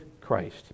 Christ